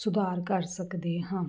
ਸੁਧਾਰ ਕਰ ਸਕਦੇ ਹਾਂ